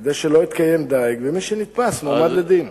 כדי שלא יתקיים דיג, ומי שנתפס מועמד לדין.